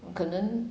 or 可能